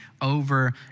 over